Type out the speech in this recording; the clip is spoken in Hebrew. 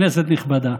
כנסת נכבדה.